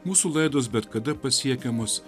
mūsų laidos bet kada pasiekiamos